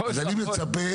ואבוי.